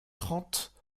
trente